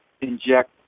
inject